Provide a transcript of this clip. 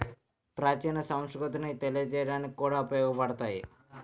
ప్రాచీన సంస్కృతిని తెలియజేయడానికి కూడా ఉపయోగపడతాయి